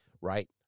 right